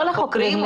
לא לחוקרים.